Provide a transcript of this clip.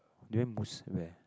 durian mousse at where